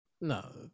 No